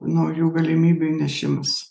naujų galimybių įnešimas